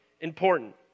important